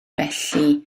felly